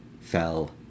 fell